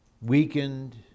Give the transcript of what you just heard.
Weakened